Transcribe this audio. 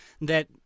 that-